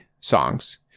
songs